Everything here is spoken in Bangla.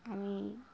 আমি